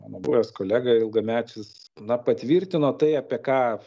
mano buvęs kolega ilgametis na patvirtino tai apie ką